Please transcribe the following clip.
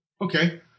Okay